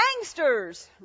gangsters